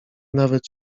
nawet